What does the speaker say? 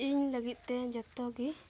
ᱤᱧ ᱞᱟᱹᱜᱤᱫ ᱛᱮ ᱡᱚᱛᱚ ᱜᱮ